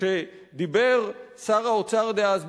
כשדיבר שר האוצר דאז,